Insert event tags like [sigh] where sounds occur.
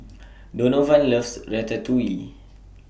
[noise] Donovan loves Ratatouille